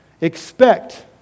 Expect